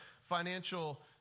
financial